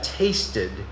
tasted